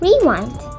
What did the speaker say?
rewind